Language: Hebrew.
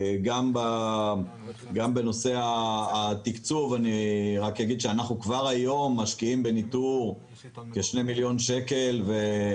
בנושא התקצוב אנחנו כבר היום משקיעים בניטור כ-2 מיליון שקלים,